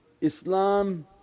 Islam